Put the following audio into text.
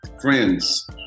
Friends